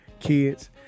Kids